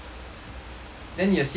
then 你的 C_S go